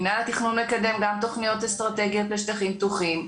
מינהל התכנון מקדם גם תכניות אסטרטגיות לשטחים פתוחים.